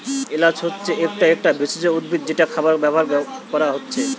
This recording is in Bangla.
এলাচ হচ্ছে একটা একটা ভেষজ উদ্ভিদ যেটা খাবারে ব্যাভার কোরা হচ্ছে